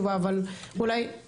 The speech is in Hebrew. תוכל לומר אותה.